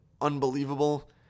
unbelievable